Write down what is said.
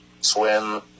swim